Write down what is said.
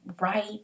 right